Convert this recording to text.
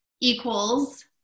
equals